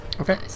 Okay